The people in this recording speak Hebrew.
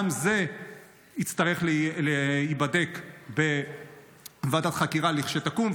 גם זה יצטרך להיבדק בוועדת חקירה לכשתקום,